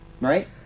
right